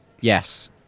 Yes